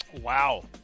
Wow